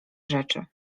rzeczy